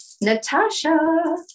Natasha